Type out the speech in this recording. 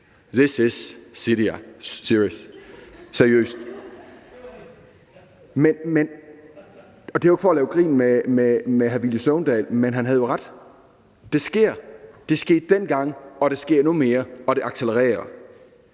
this is serious. Det er ikke for at lave grin med hr. Villy Søvndal, for han havde jo ret. Det sker, og det skete dengang, og det accelererer